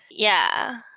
yeah.